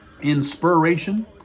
inspiration